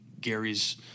Gary's